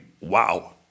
wow